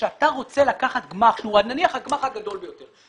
כשאתה רוצה לקחת גמ"ח שהוא נניח הגמ"ח הגדול ביותר,